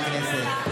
חברי הכנסת,